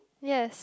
yes